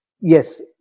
yes